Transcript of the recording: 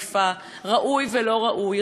ראויה ולא ראויה.